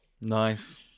Nice